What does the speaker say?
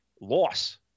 loss